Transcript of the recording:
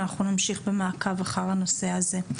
אנחנו נמשיך במעקב אחר הנושא הזה.